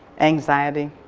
anxiety.